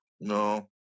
no